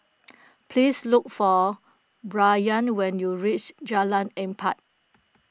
please look for Brayan when you reach Jalan Empat